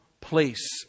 place